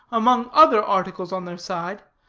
among other articles on their side,